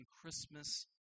Christmas